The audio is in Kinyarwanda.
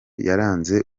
yaranze